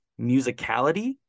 musicality